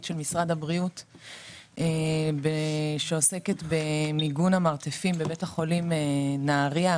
של משרד הבריאות שעוסקת במיגון המרתפים בבית החולים נהריה,